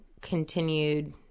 continued